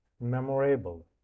Memorable